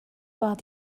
war